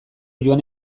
joan